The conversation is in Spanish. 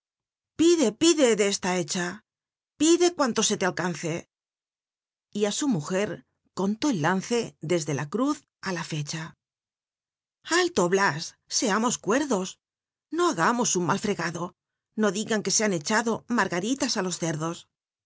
pide pide oc esla hecha pide cuanto se le alcance y á su mujer contó el lance desde la crudt la fecha alto bias seamos cuerdos ro hagamos un mal fregado no digan uc se han echado margaritas á los cerdos